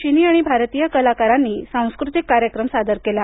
चीनी आणि भारतीय कलाकारांनी या वेळी सांस्कृतिक कार्यक्रम सादर केला